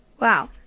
Wow